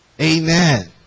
Amen